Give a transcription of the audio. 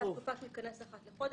הייתה תקופה שהוא התכנס אחת לחודש,